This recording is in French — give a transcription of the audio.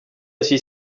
aussi